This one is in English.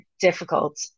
difficult